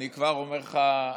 ואני כבר אומר לך,